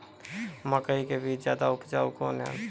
मकई के बीज ज्यादा उपजाऊ कौन है?